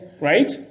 right